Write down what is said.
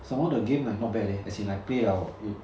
some more the game like not bad leh as in like I play liao it